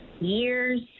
years